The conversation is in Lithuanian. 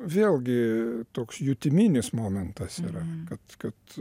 vėlgi toks jutiminis momentas yra kad kad